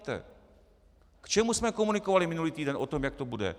K čemu jsme komunikovali minulý týden o tom, jak to bude?